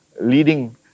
leading